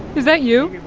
was that you?